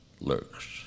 lurks